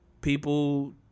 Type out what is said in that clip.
People